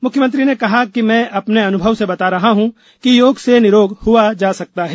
मुख्यमंत्री ने कहा कि मैं अपने अनुभव से बता रहा हूं कि योग से निरोग हुआ जा सकता है